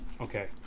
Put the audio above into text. Okay